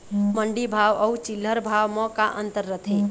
मंडी भाव अउ चिल्हर भाव म का अंतर रथे?